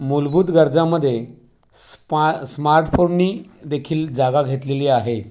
मूलभूत गरजामध्ये स्मा स्मार्टफोननी देखील जागा घेतलेली आहे